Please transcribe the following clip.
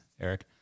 Eric